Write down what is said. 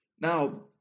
Now